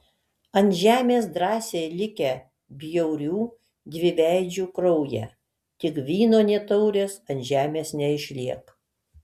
ant žemės drąsiai likę bjaurių dviveidžių kraują tik vyno nė taurės ant žemės neišliek